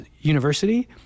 university